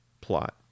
plot